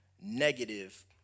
negative